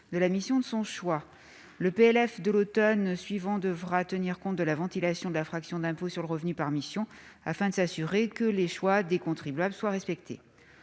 de loi de finances de l'automne suivant devra tenir compte de la ventilation de la fraction d'impôt sur le revenu par mission, afin de s'assurer que les choix des contribuables sont respectés.